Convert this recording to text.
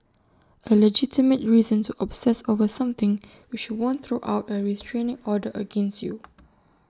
A legitimate reason to obsess over something which won't throw out A restraining order against you